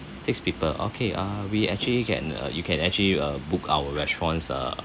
six people okay err we actually can uh you can actually uh book our restaurants uh